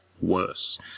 worse